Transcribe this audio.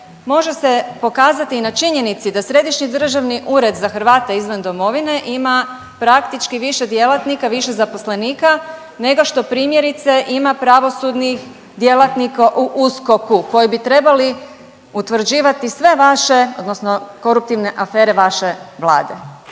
može se pokazati i na činjenici da Središnji državni ured za Hrvate izvan domovine ima praktički više djelatnika, više zaposlenika nego što primjerice ima pravosudnih djelatnika u USKOK-u koji bi trebali utvrđivati sve vaše odnosno koruptivne afere vaše vlade.